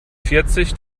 vierzig